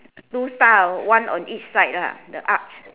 two star one on each side lah the arch